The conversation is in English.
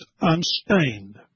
unstained